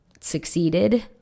succeeded